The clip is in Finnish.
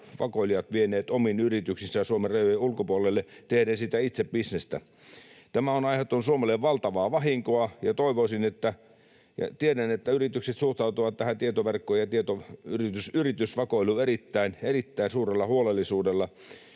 vakoilijat vieneet omiin yrityksiinsä Suomen rajojen ulkopuolelle tehden siitä itse bisnestä. Tämä on aiheuttanut Suomelle valtavaa vahinkoa, ja tiedän, että yritykset suhtautuvat tähän tietoverkkojen yritysvakoiluun erittäin erittäin suurella huolellisuudella,